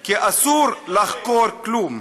כי אסור לחקור כלום.